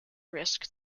risk